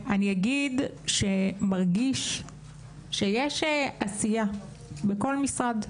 אני אגיד שמרגיש שיש עשייה בכל משרד.